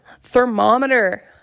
Thermometer